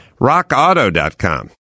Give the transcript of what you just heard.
RockAuto.com